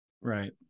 Right